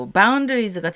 boundaries